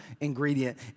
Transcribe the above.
ingredient